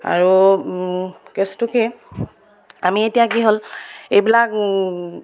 আৰু কেচটো কি আমি এতিয়া কি হ'ল এইবিলাক